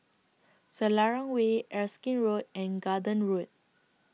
Selarang Way Erskine Road and Garden Road